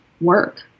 work